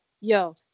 yo